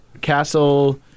Castle